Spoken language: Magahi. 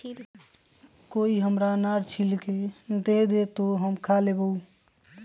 कोई हमरा अनार छील के दे दे, तो हम खा लेबऊ